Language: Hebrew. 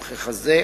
וככזה,